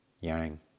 yang